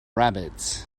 rabbits